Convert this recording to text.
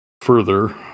further